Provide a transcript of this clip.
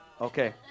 Okay